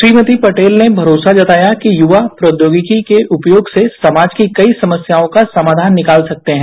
श्रीमती पटेल ने भरोसा जताया कि युवा प्रौद्योगिकी के उपयोग से समाज की कई समस्यायों का समाधान निकाल सकते हैं